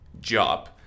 job